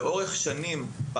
לאורך שנים,